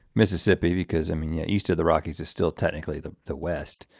mississippi because i mean yeah east of the rockies is still technically the the west,